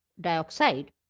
dioxide